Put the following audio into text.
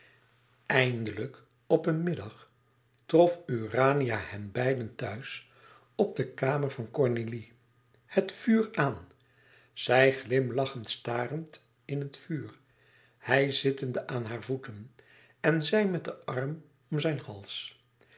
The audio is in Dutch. eindelijk op een middag trof urania hen beiden thuis op de kamer van cornélie het vuur aan zij glimlachend starende in het vuur hij zittende aan hare voeten en zij met den arm om zijn hals